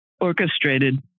orchestrated